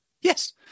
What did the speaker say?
yes